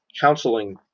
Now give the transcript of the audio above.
counseling